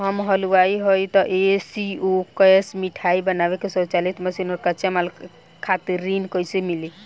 हम हलुवाई हईं त ए.सी शो कैशमिठाई बनावे के स्वचालित मशीन और कच्चा माल खातिर ऋण कइसे मिली?